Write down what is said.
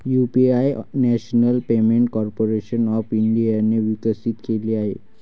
UPI national payment corporation of इंडियाने विकसित केले आहे